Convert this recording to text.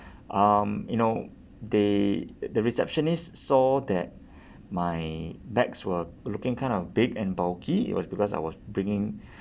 um you know they the receptionist saw that my bags were looking kind of big and bulky it was because I was bringing